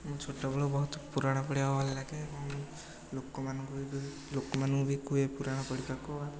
ମୁଁ ଛୋଟବେଳୁ ବହୁତ ପୁରାଣ ପଢ଼ିବାକୁ ଭଲଲାଗେ ଏବଂ ଲୋକମାନଙ୍କୁ ବି ଲୋକମାନଙ୍କୁ ବି କୁହେ ପୁରାଣ ପଢ଼ିବାକୁ